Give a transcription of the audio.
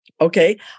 Okay